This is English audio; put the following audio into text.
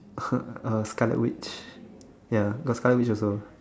uh Scarlet-Witch ya got Scarlet-Witch also